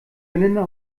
melinda